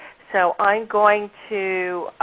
so i'm going to,